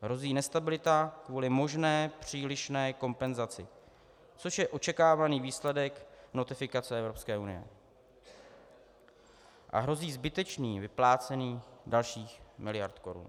Hrozí nestabilita kvůli možné přílišné kompenzaci, což je očekávaný výsledek notifikace Evropské unie, a hrozí zbytečné vyplácení dalších miliard korun.